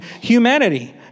humanity